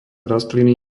rastliny